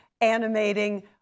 animating